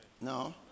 No